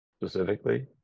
specifically